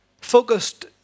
focused